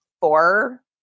four